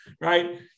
right